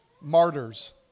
martyrs